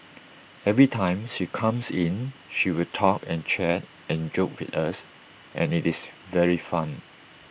every time she comes in she will talk and chat and joke with us and IT is very fun